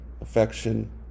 affection